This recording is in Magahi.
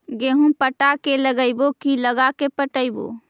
गेहूं पटा के लगइबै की लगा के पटइबै?